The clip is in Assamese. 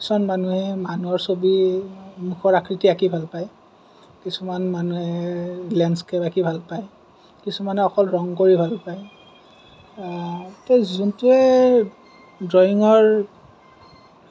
কিছুমান মানুহে মানুহৰ ছবি মুখৰ আকৃতি আঁকি ভাল পায় কিছুমান মানুহে লেণ্ডস্কেপ আঁকি ভাল পায় কিছুমানে অকল ৰঙ কৰি ভাল পায় যোনটোৱে ড্ৰয়িংৰ